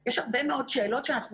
אני מכירה את הסקר שעשו בנציבות,